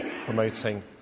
promoting